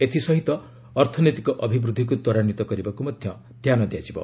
ଏଥିସହିତ ଅର୍ଥନୈତିକ ଅଭିବୃଦ୍ଧିକୁ ତ୍ୱରାନ୍ଧିତ କରିବାକୁ ମଧ୍ୟ ଧ୍ୟାନ ଦିଆଯିବ